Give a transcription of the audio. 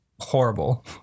horrible